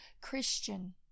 Christian